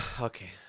Okay